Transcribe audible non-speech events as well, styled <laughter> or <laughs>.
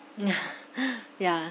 <laughs> yeah